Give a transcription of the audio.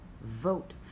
vote